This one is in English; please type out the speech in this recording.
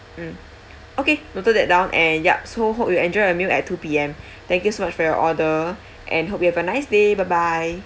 mm okay noted that down and yup so hope you enjoy your meal at two P_M thank you so much for your order and hope you have a nice day bye bye